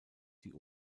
die